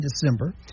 December